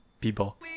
people